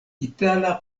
itala